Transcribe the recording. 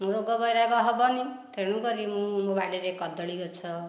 ରୋଗ ବୈରାଗ ହେବନି ତେଣୁକରି ମୁଁ ମୋ ବାଡ଼ିରେ କଦଳି ଗଛ